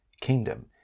kingdom